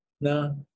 No